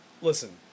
Listen